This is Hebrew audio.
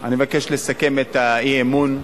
אני מבקש לסכם את האי-אמון.